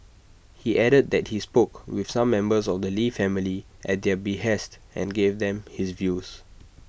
he added that he spoke with some members of the lee family at their behest and gave them his views